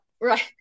Right